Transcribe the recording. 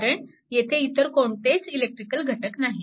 कारण येथे इतर कोणतेच इलेक्ट्रिकल घटक नाहीत